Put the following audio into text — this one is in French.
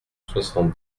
soixante